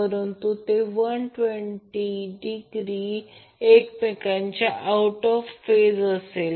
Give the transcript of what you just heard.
परंतु ते 120 एकमेकांच्या आऊट ऑफ फेज असेल